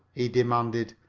he demanded.